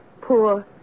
poor